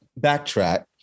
backtrack